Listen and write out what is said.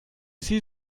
sie